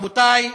רבותי,